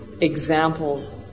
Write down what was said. examples